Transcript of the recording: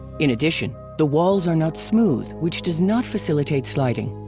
in addition, the walls are not smooth which does not facilitate sliding.